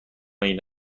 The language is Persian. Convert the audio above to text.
این